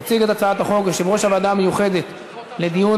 יציג את הצעת החוק יושב-ראש הוועדה המיוחדת לדיון